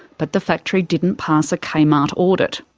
but the factory didn't pass a kmart audit.